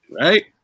right